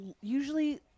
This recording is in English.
usually